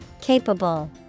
Capable